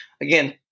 again